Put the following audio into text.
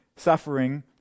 Suffering